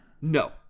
No